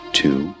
two